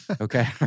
Okay